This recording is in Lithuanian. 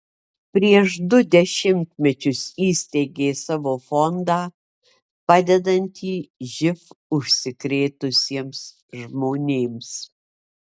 prieš du dešimtmečius įsteigė savo fondą padedantį živ užsikrėtusiems žmonėms